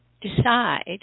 decide